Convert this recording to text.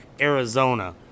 Arizona